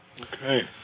Okay